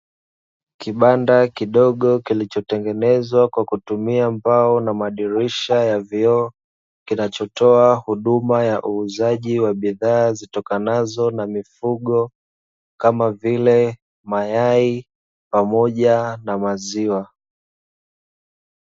Kibanda kidogo kilichotengenezwa kwa kutumia mbao na madirisha ya vioo, kinachotoa huduma ya uuzaji wa bidhaa zitokanazo na mifugo kama vile mayai, pamoja na maziwa.